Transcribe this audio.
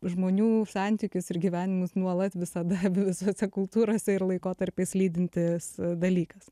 žmonių santykius ir gyvenimus nuolat visada visose kultūrose ir laikotarpiais lydintis dalykas